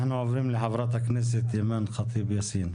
אנחנו עוברים לח"כ אימאן חטיב יאסין.